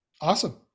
Awesome